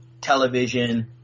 television